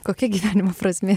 kokia gyvenimo prasmė